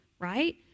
right